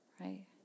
Right